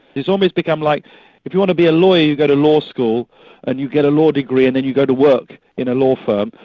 it's almost become like if you want to be a lawyer you go to law school and you get a law degree and then you go to work in a law firm.